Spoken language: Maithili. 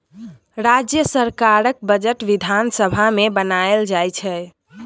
राज्य सरकारक बजट बिधान सभा मे बनाएल जाइ छै